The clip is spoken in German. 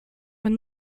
man